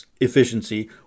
efficiency